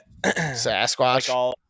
Sasquatch